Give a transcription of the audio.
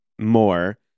more